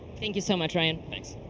thank you so much, ryan.